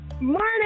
Morning